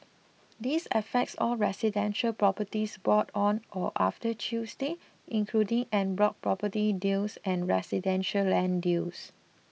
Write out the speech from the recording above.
this affects all residential properties bought on or after Tuesday including en bloc property deals and residential land deals